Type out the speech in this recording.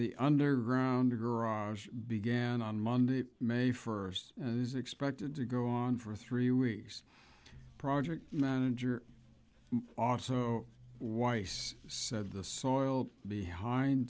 the underground garage began on monday may first is expected to go on for three weeks project manager also weiss said the soil behind